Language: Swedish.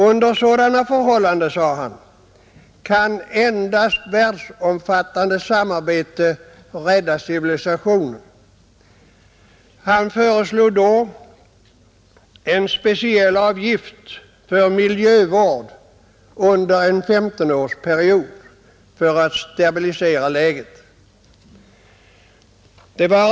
”Under sådana förhållanden”, sade han, ”kan endast världsomfattande samarbete rädda civilisationen.” Han föreslog en speciell avgift för miljövård under en femtonårsperiod för att stabilisera läget.